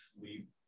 sleep